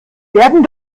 werden